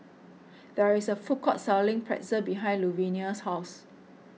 there is a food court selling Pretzel behind Luvinia's house